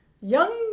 young